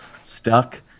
stuck